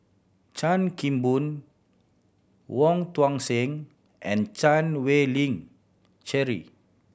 Chan Kim Boon Wong Tuang Seng and Chan Wei Ling Cheryl